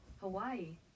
Hawaii